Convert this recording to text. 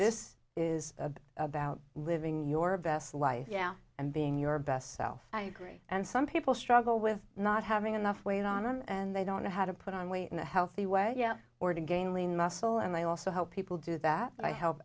this is about living your best life yeah and being your best self i agree and some people struggle with not having enough weight on them and they don't know how to put on weight in a healthy way or to gain lean muscle and they also help people do that but i help